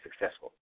successful